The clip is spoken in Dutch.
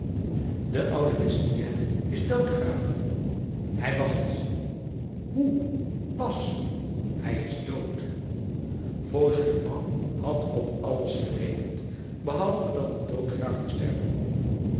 de oude mestienne is doodgraver hij was t hoe was hij is dood fauchelevent had op alles gerekend behalve dat een doodgraver sterven kon